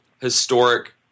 historic